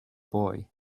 boy